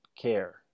care